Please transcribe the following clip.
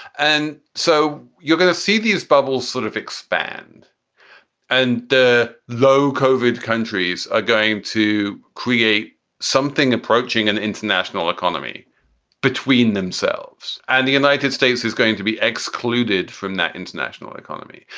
and so you're going to see these bubbles sort of expand and the low kofod countries are going to create something approaching an and international economy between themselves and the united states is going to be excluded from that international economy.